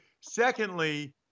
Secondly